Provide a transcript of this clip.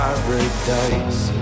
paradise